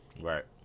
Right